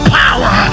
power